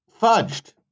fudged